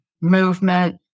movement